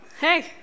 Hey